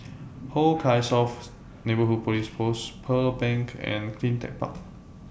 Hong Kah South Neighbourhood Police Post Pearl Bank and CleanTech Park